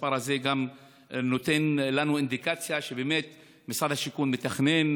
והמספר הזה גם נותן לנו אינדיקציה שבאמת משרד השיכון מתכנן,